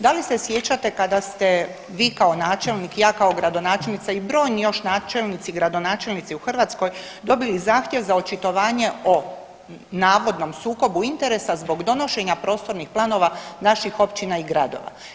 Da li se sjećate kada ste vi kao načelnik, ja kao gradonačelnica i brojni još načelnici, gradonačelnici u Hrvatskoj dobili zahtjev za očitovanje o navodnom sukobu interesa zbog donošenja prostornih planova naših općina i gradova.